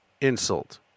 insult